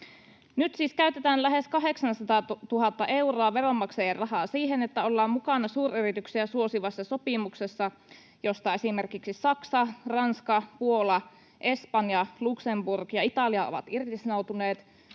Nyt siis käytetään lähes 800 000 euroa veronmaksajien rahaa siihen, että ollaan mukana suuryrityksiä suosivassa sopimuksessa, josta esimerkiksi Saksa, Ranska, Puola, Espanja, Luxemburg ja Italia ovat irtisanoutuneet